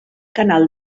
canal